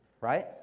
right